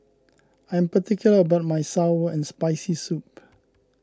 I am particular about my Sour and Spicy Soup